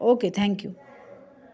okay thank you